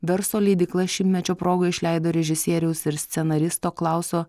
garso leidykla šimtmečio proga išleido režisieriaus ir scenaristo klauso